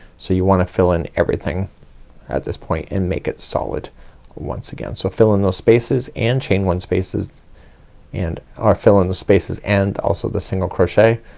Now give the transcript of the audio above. so you wanna fill in everything at this point and make it solid once again. so fill in those spaces and chain one spaces and or fill in the spaces and also the single crochet.